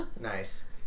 Nice